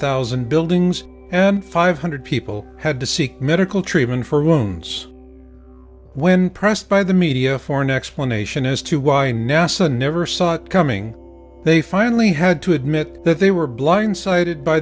thousand buildings and five hundred people had to seek medical treatment for wounds when pressed by the media for an explanation as to why nasa never saw it coming they finally had to admit that they were blindsided by